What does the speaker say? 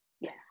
yes